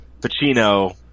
Pacino